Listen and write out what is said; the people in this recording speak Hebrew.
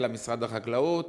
אלא משרד החקלאות